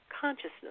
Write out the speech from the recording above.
consciousness